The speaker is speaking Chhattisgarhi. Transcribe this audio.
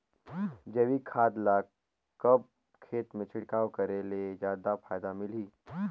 जैविक खाद ल कब खेत मे छिड़काव करे ले जादा फायदा मिलही?